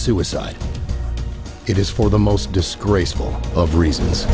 suicide it is for the most disgraceful of reasons